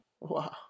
Wow